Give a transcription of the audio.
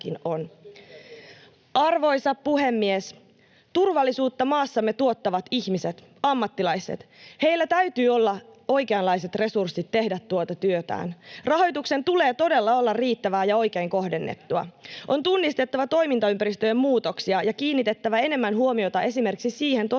Arvoisa puhemies! Turvallisuutta maassamme tuottavat ihmiset, ammattilaiset. Heillä täytyy olla oikeanlaiset resurssit tehdä tuota työtään. Rahoituksen tulee todella olla riittävää ja oikein kohdennettua. [Leena Meri: Kyllä!] On tunnistettava toimintaympäristöjen muutoksia ja kiinnitettävä enemmän huomiota esimerkiksi siihen tosiasiaan,